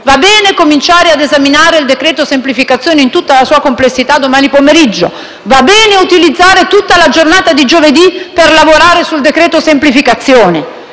Va bene cominciare a esaminare il decreto-legge semplificazioni in tutta la sua complessità domani pomeriggio; va bene utilizzare tutta la giornata di giovedì per lavorare sul decreto-legge semplificazioni.